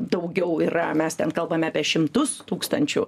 daugiau yra mes ten kalbame apie šimtus tūkstančių